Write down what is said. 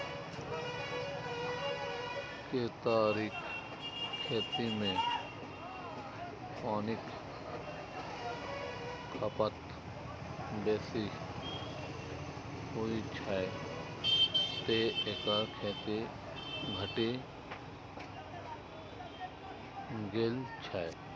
केतारीक खेती मे पानिक खपत बेसी होइ छै, तें एकर खेती घटि गेल छै